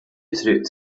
triq